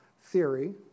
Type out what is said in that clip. theory